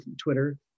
Twitter